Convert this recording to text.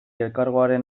elkargoaren